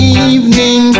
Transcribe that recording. evening